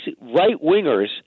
right-wingers